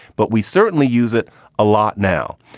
but we certainly use it a lot now.